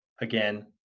again